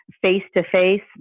face-to-face